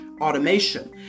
automation